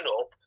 up